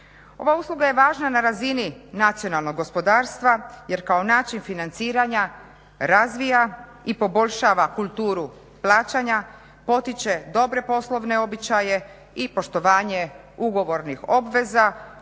Ova usluga je važna na razini nacionalnog gospodarstva jer kao način financiranja razvija i poboljšava kulturu plaćanja, potiče dobre poslovne običaje i poštovanje ugovornih obveza